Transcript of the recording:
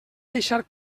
deixar